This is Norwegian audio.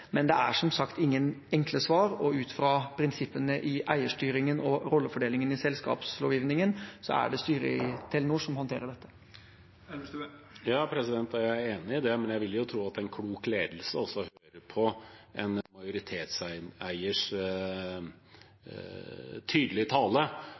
men det er som sagt ingen enkle svar, og ut fra prinsippene i eierstyringen og rollefordelingen i selskapslovgivningen er det styret i Telenor som håndterer dette. Jeg er enig i det, men jeg vil jo tro at en klok ledelse også hører på en